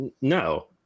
no